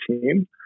team